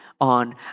On